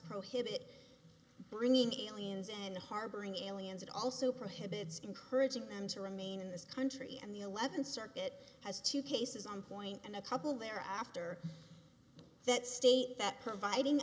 prohibit bringing aliens and harboring aliens it also prohibits encouraging them to remain in this country and the eleventh circuit has two cases on point and a couple there after that state that providing